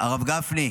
הרב גפני,